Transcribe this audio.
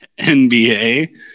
NBA